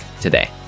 today